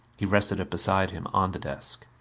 he rested it beside him on the desk.